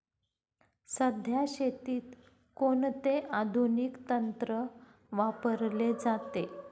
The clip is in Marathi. सध्या शेतीत कोणते आधुनिक तंत्र वापरले जाते?